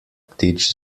ptič